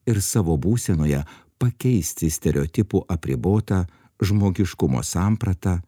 ir savo būsenoje pakeisti stereotipų apribotą žmogiškumo sampratą